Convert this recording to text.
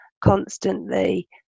constantly